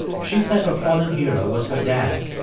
she said her fallen hero was her dad,